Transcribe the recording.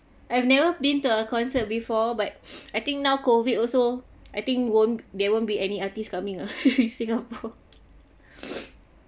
I've never been to a concert before but I think now COVID also I think won't there won't be any artist coming ah singapore